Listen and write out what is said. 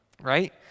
right